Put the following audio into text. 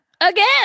again